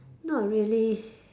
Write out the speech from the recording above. not really